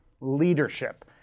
leadership